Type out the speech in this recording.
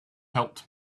helped